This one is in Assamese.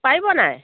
পাৰিব নাই